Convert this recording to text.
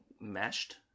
meshed